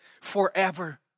forever